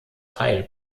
teil